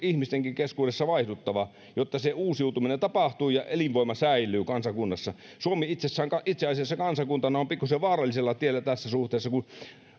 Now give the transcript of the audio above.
ihmistenkin keskuudessa vaihduttava jotta se uusiutuminen tapahtuu ja elinvoima säilyy kansakunnassa suomi itse asiassa kansakuntana on pikkusen vaarallisella tiellä tässä suhteessa kun